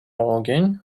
ogień